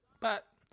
but-